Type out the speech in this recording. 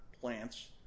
plants